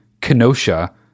Kenosha